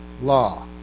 law